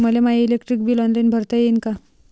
मले my electric bill online भरता येईन का?